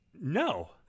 No